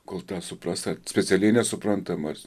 kol tą supras ar specialiai nesuprantam ar